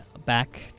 back